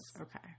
Okay